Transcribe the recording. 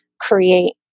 create